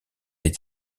est